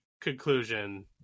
conclusion